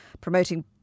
promoting